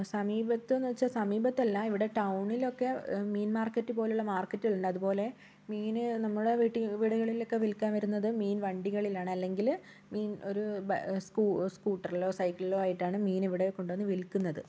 സമീപത്ത് എന്നു വച്ചാൽ സമീപത്തല്ല ഇവിടെ ടൗണിലൊക്കെ മീൻ മാർക്കറ്റ് പോലുള്ള മാർക്കറ്റുകളുണ്ട് അതുപോലെ മീൻ നമ്മുടെ വീട്ടിൽ വീടുകളിലൊക്കെ വിൽക്കാൻ വരുന്നത് മീൻ വണ്ടികളിലാണ് അല്ലെങ്കിൽ മീൻ ഒരു സ്കൂട്ടറിലോ സൈക്കിളിലോ ആയിട്ടാണ് മീൻ ഇവിടെ കൊണ്ടു വന്ന് വിൽക്കുന്നത്